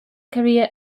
career